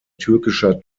türkischer